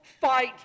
fight